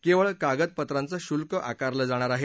केवळ कागदपत्रांचं शुल्क आकारलं जाणार आहे